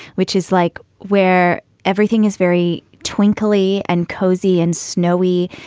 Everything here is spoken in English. which is like where everything is very twinkly and cozy and snowy.